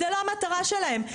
זה לא המטרה שלהם,